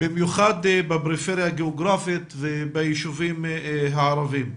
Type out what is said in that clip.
במיוחד בפריפריה הגיאוגרפית וביישובים הערביים.